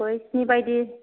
बैसोरनि बायदि